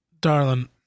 darling